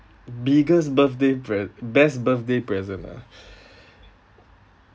biggest birthday pre~ best birthday present ah